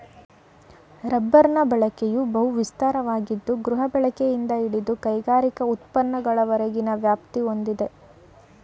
ರಬ್ಬರ್ನ ಬಳಕೆಯು ಬಹು ವಿಸ್ತಾರವಾಗಿದ್ದು ಗೃಹಬಳಕೆಯಿಂದ ಹಿಡಿದು ಕೈಗಾರಿಕಾ ಉತ್ಪನ್ನಗಳವರೆಗಿನ ವ್ಯಾಪ್ತಿ ಹೊಂದಿದೆ